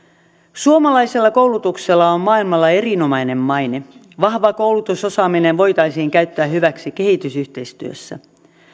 suomalaisella koulutuksella on maailmalla erinomainen maine vahva koulutusosaaminen voitaisiin käyttää hyväksi kehitysyhteistyössä